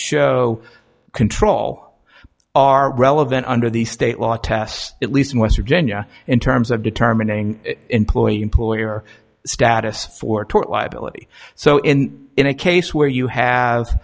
show control are relevant under the state law test at least in west virginia in terms of determining employee employer status for tort liability so in in a case where you have